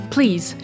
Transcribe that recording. Please